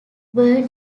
were